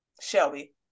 Shelby